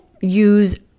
use